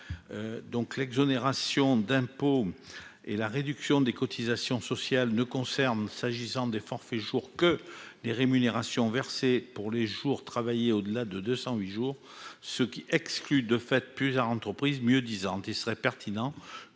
l'exonération d'impôt et la réduction de cotisations sociales ne concernent, s'agissant des forfaits jours, que les rémunérations versées pour les jours travaillés au-delà de 218 jours, ce qui exclut de fait plusieurs entreprises mieux-disantes. Il serait pertinent